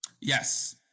Yes